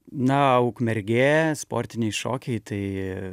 na ukmergė sportiniai šokiai tai